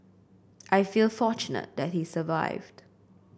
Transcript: I feel fortunate that he survived